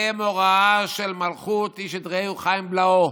מוראה של מלכות איש את רעהו חיים בלעהו".